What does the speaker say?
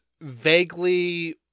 vaguely